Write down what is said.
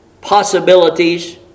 possibilities